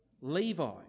Levi